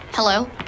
Hello